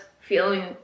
feeling